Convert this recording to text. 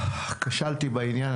כשלתי בעניין.